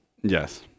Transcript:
Yes